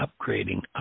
upgrading